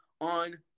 on